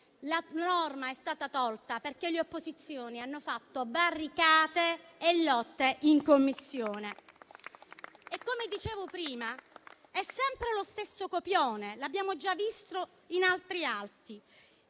La norma è stata tolta perché le opposizioni hanno fatto barricate e lotte in Commissione. Come dicevo prima, è sempre lo stesso copione, come abbiamo già visto in altri atti: